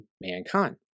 mankind